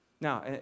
Now